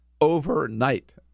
overnight